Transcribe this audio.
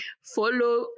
Follow